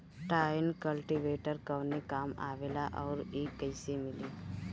Tine cultivator कवने काम आवेला आउर इ कैसे मिली?